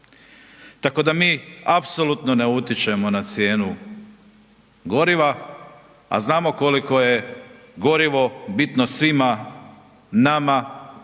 Tako da mi apsolutno ne utječemo na cijenu goriva, a znamo koliko je gorivo bitno svima nama